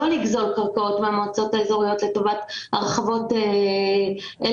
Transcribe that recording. לא לגזול קרקעות מהמועצות האזוריות לטובת הרחבות אלא